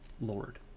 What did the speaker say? lord